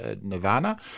nirvana